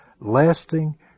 lasting